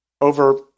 over